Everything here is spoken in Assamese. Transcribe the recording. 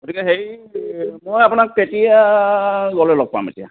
গতিকে হেৰি মই আপোনাক কেতিয়া গ'লে লগ পাম এতিয়া